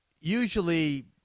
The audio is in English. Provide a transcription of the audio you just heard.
usually –